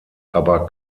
aber